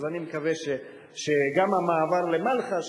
אז אני מקווה שגם המעבר למלחה,